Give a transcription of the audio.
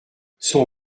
son